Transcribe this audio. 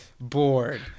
bored